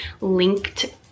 linked